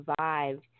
survived